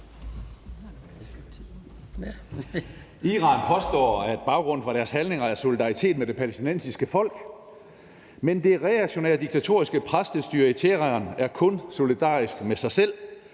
Iran påstår, at baggrunden for deres handlinger er solidaritet med det palæstinensiske folk, men det reaktionære diktatoriske præstestyre i Teheran er kun solidarisk med sig selv.